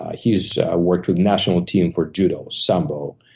ah he's worked with national team for judo, sambo,